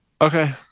Okay